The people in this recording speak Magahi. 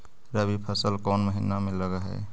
रबी फसल कोन महिना में लग है?